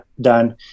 done